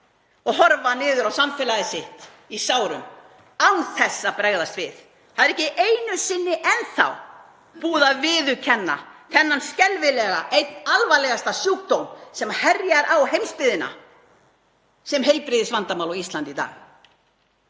og horfir niður á samfélagið sitt í sárum án þess að bregðast við? Það er ekki einu sinni enn þá búið að viðurkenna þennan skelfilega og einn alvarlegasta sjúkdóm sem herjar á heimsbyggðina sem heilbrigðisvandamál á Íslandi í dag.